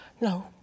No